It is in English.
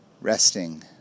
resting